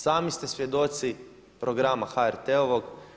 Sami ste svjedoci programa HRT-ovog.